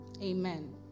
amen